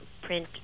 print